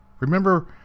Remember